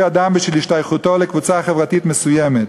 אדם בשל השתייכותו לקבוצה חברתית מסוימת.